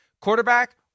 Quarterback